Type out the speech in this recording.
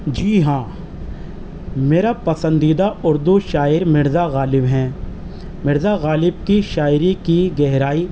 جی ہاں میرا پسندیدہ اردو شاعر مرزا غالب ہیں مرزا غالب کی شاعری کی گہرائی